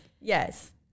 yes